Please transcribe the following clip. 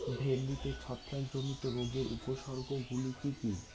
ভিন্ডিতে ছত্রাক জনিত রোগের উপসর্গ গুলি কি কী?